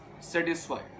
satisfied